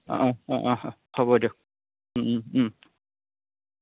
অঁ অঁ অঁ হ'ব দিয়ক